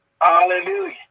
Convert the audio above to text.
Hallelujah